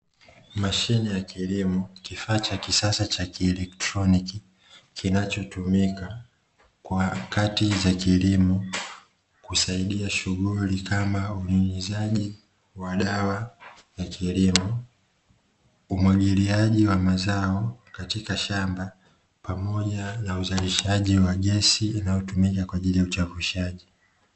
Miche mingi imepangwa kwa mpangilio katika eneo moja kama sehemu ya maandalizi ya upandaji miti, hii inaangazia hatua muhimu ya kuhifadhi mazingira kupitia upandaji miti jambo linalochangia kupambana na mabadiliko ya tabia nchi.